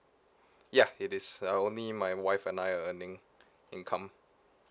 yeah it is uh only my wife and I are earning income